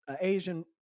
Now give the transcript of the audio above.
Asian